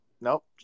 Nope